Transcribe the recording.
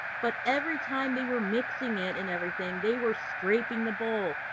but every time they were mixing it and everything, they were scraping the bowl.